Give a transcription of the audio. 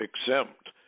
exempt